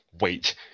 Wait